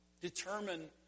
Determine